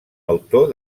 autor